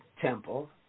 temple